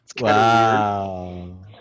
Wow